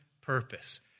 purpose